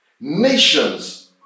nations